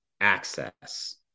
access